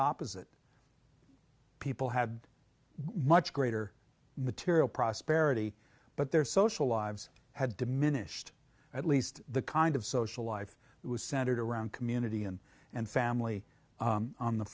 opposite people had much greater material prosperity but their social lives had diminished at least the kind of social life was centered around community and and family on the